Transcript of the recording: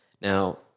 Now